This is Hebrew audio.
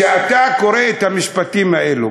כשאתה קורא את המשפטים האלו,